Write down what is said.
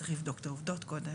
צריך לבדוק את העובדות קודם.